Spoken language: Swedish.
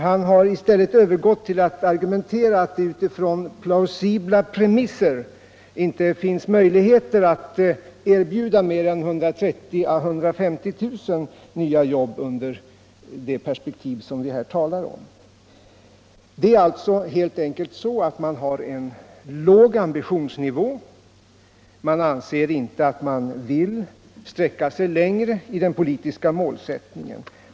Han har i stället övergått till argumentet att det utifrån ”plausibla premisser” inte finns möjligheter att erbjuda mer än 130 000 å 150 000 nya jobb i det perspektiv som vi här talar om. Det är helt enkelt så att regeringen har en låg ambitionsnivå. Man vill inte sträcka sig längre i den politiska målsättningen.